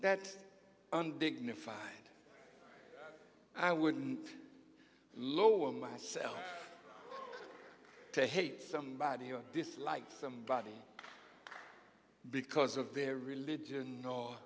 that undignified i wouldn't lower myself to hate somebody or dislike somebody because of their religion or